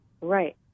Right